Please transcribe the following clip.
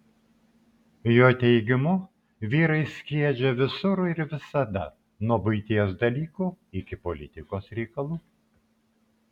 jo teigimu vyrai skiedžia visur ir visada nuo buities dalykų iki politikos reikalų